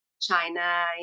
China